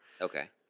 Okay